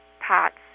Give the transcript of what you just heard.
pots